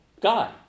God